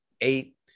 eight